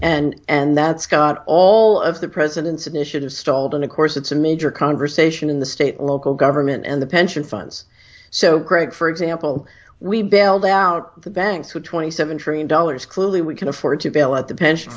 and that's got all of the president's initiatives stalled and of course it's a major conversation in the state local government and the pension funds so great for example we bailed out the banks who twenty seven trillion dollars clearly we can afford to fail at the pension